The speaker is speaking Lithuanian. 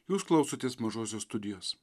jūs klausotės mažosios studijos